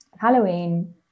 Halloween